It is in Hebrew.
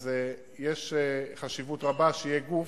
יש חשיבות רבה שיהיה גוף,